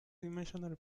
dimensional